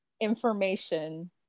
information